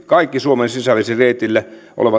kaikki suomen sisävesireittien